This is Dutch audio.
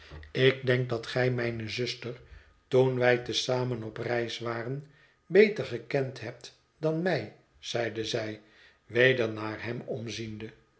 ik denk dat gij mijne zuster toen wij te zamen op reis waren beter gekend hebt dan mij zeide zij weder naar hem omziende